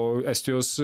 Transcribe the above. o estijos